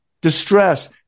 Distress